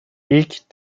i̇lk